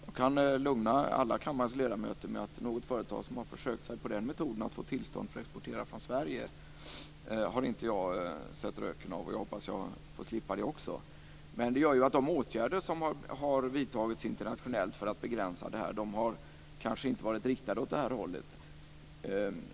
Jag kan lugna alla kammarens ledamöter med att något företag som försökt sig på den metoden för att få tillstånd att exportera från Sverige har jag inte sett röken av. Jag hoppas slippa det. De åtgärder som har vidtagits internationellt för att begränsa detta har kanske inte varit riktade åt det här hållet.